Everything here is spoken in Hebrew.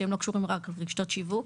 שהם לא קשורים רק לרשתות שיווק,